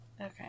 Okay